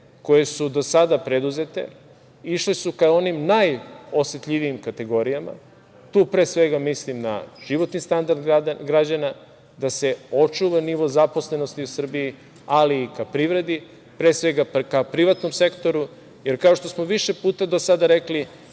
koje su do sada preduzete išle su ka onim najosetljivijim kategorijama. Pre svega, tu mislim na životni standard građana, da se očuva nivo zaposlenosti u Srbiji, ali i ka privredi, pre svega, ka privatnom sektoru, jer kao što smo više puta do sada rekli